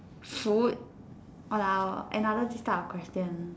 food !walao! another this type of question